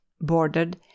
boarded